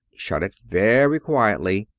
shut it very quietly,